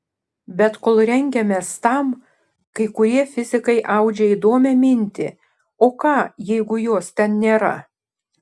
bet kol rengiamės tam kai kurie fizikai audžia įdomią mintį o ką jeigu jos ten nėra